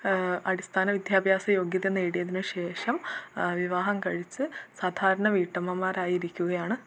അടിസ്ഥാന വിദ്യാഭ്യാസ യോഗ്യത നേടിയതിനു ശേഷം വിവാഹം കഴിച്ച് സാധാരണ വീട്ടമ്മമാരായിരിക്കുകയാണ്